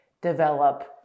develop